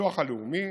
הביטוח הלאומי